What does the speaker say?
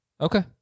Okay